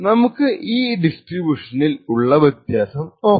നമുക്ക് ഈ ഡിസ്ട്രിബ്യുഷൻസിൽ ഉള്ള വ്യത്യാസം നോക്കാം